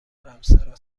حرمسرا